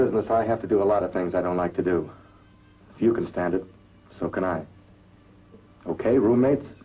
business i have to do a lot of things i don't like to do if you can stand it so can i ok roommates